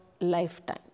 lifetime